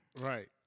Right